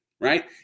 right